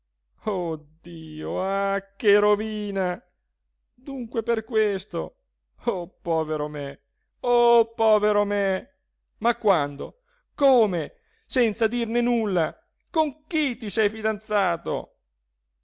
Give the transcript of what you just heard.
dio ah che rovina dunque per questo oh povero me oh povero me ma quando come senza dirne nulla con chi ti sei fidanzato